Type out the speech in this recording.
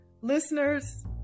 listeners